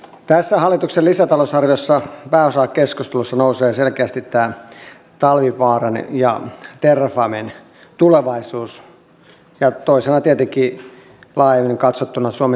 tässä keskustelussa hallituksen lisätalousarviosta pääosaan nousee selkeästi tämä talvivaaran ja terrafamen tulevaisuus ja toisena tietenkin laajemmin katsottuna suomen työllisyystilanne